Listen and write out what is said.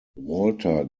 walter